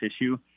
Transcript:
issue